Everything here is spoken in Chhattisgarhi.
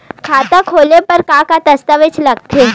खाता खोले बर का का दस्तावेज लगथे?